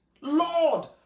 Lord